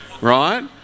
right